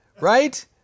right